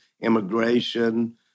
immigration